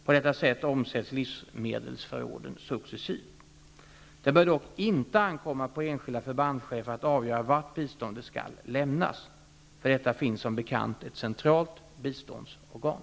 På detta sätt omsätts livsmedelsförråden successivt. Det bör dock inte ankomma på enskilda förbandschefer att avgöra vart biståndet skall lämnas. För detta finns som bekant ett centralt biståndsorgan.